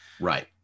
Right